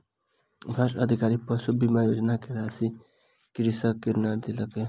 भ्रष्ट अधिकारी पशु बीमा योजना के राशि कृषक के नै देलक